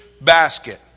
basket